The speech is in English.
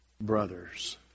brothers